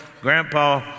Grandpa